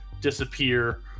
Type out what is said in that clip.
disappear